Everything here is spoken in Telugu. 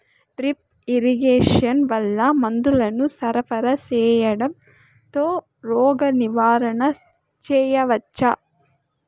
డ్రిప్ ఇరిగేషన్ వల్ల మందులను సరఫరా సేయడం తో రోగ నివారణ చేయవచ్చా?